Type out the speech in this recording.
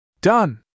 Done